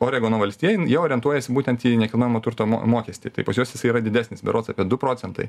oregono valstija jin jie orientuojasi būtent į nekilnojamo turto mo mokestį tai pas juos jisai yra didesnis berods apie du procentai